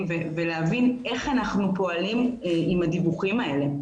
ולהבין איך אנחנו פועלים עם הדיווחים האלה.